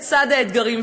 בצד האתגרים,